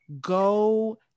go